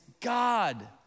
God